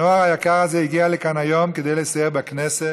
הנוער היקר הזה הגיע לכאן היום כדי לסייר בכנסת.